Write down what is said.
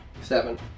Seven